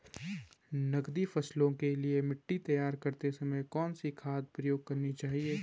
नकदी फसलों के लिए मिट्टी तैयार करते समय कौन सी खाद प्रयोग करनी चाहिए?